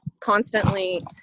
constantly